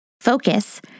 focus